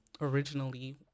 originally